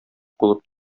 булып